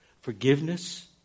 forgiveness